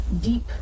deep